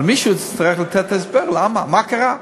אבל מישהו יצטרך לתת את ההסבר למה, מה קרה.